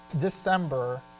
December